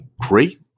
great